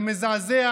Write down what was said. זה מזעזע.